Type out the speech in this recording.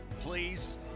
please